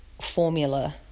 formula